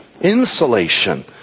Insulation